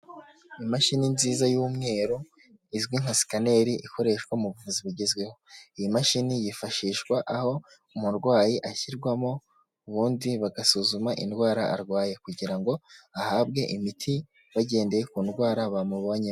Imashini nziza y'umweru izwi nka sikaneri ikoreshwa mu buvuzi bugezweho, iyi mashini yifashishwa aho umurwayi ashyirwamo, ubundi bagasuzuma indwara arwaye kugira ngo ahabwe imiti bagendeye ku ndwara bamubonyemo.